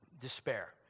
despair